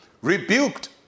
rebuked